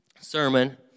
sermon